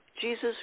Jesus